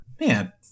Man